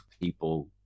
people